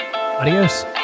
Adios